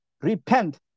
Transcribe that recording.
Repent